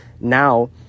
now